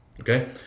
Okay